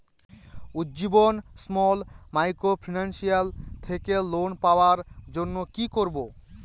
Ujjivan small microfinance থেকে loan পাওয়ার জন্য কি করব?